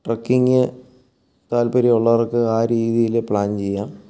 trekking താത്പര്യമുള്ളവർക്ക് ആ രീതിയിൽ പ്ലാൻ ചെയ്യാം